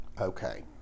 Okay